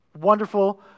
wonderful